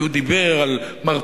כי הוא דיבר על מרפא,